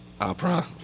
opera